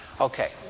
Okay